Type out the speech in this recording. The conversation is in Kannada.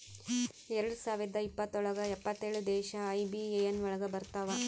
ಎರಡ್ ಸಾವಿರದ ಇಪ್ಪತ್ರೊಳಗ ಎಪ್ಪತ್ತೇಳು ದೇಶ ಐ.ಬಿ.ಎ.ಎನ್ ಒಳಗ ಬರತಾವ